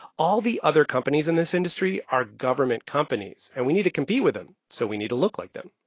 all the other companies in this industry are government companies, and we need to compete with them, so we need to look like them.